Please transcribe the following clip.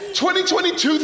2022